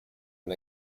and